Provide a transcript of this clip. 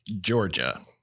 Georgia